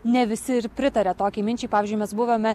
ne visi ir pritaria tokiai minčiai pavyzdžiui mes buvome